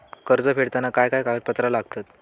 कर्ज फेडताना काय काय कागदपत्रा लागतात?